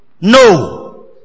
No